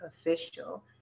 Official